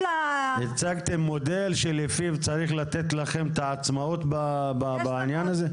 --- הצגתם מודל שלפיו צריך לתת לכם את העצמאות בעניין הזה?